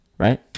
right